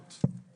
חוצפה כזאת.